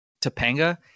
Topanga